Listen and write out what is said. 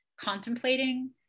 contemplating